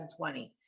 2020